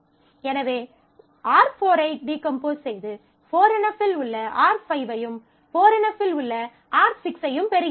எனவே R4 ஐ decompose செய்து 4 NF இல் உள்ள R5 ஐயும் 4 NF இல் உள்ள R6 ஐயும் பெறுகிறோம்